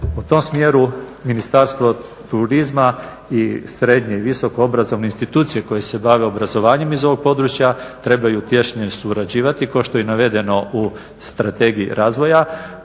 u tom smjeru Ministarstvo turizma i srednje i visokoobrazovne institucije koje se bave obrazovanjem iz ovog područja trebaju tješnje surađivati kao što je i navedeno u strategiji razvoja